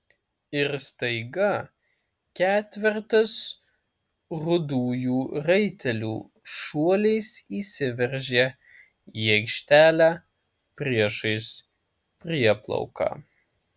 ir staiga ketvertas rudųjų raitelių šuoliais įsiveržė į aikštelę priešais prieplauką